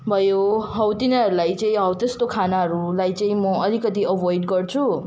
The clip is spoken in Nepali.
भयो हौ तिनीहरूलाई चाहिँ हौ त्यस्तो खानाहरूलाई चाहिँ म अलिकति अभोइड गर्छु